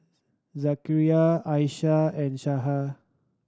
Zakaria Aishah and